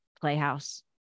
Playhouse